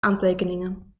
aantekeningen